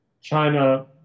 China